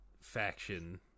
faction